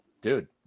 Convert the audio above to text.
Dude